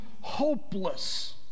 hopeless